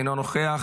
אינו נוכח,